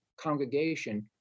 congregation